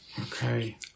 okay